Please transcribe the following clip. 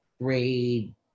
grade